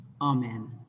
Amen